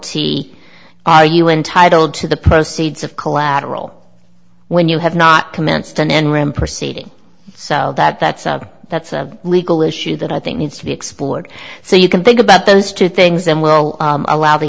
you entitled to the proceeds of collateral when you have not commenced an enron proceeding so that that's a that's a legal issue that i think needs to be explored so you can think about those two things and will allow the